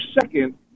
second